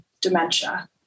dementia